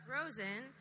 Rosen